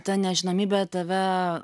ta nežinomybė tave